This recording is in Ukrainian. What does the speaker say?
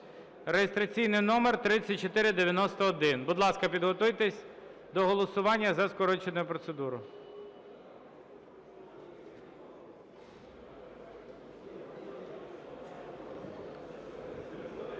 (реєстраційний номер 3491). Будь ласка, підготуйтесь до голосування за скорочену процедуру.